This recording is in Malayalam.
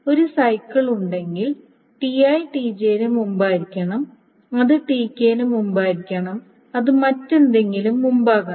ഒരു സൈക്കിൾ ഉണ്ടെങ്കിൽ Ti Tj ന് മുമ്പായിരിക്കണം അത് Tk ന് മുമ്പായിരിക്കണം അത് മറ്റെന്തെങ്കിലും മുമ്പാകണം